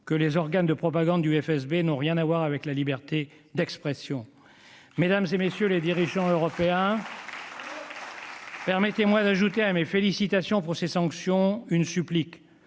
que les organes de propagande du FSB n'ont rien à voir avec la liberté d'expression. Mesdames, messieurs les dirigeants européens, permettez-moi d'ajouter à mes félicitations pour ces sanctions une supplique